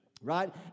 right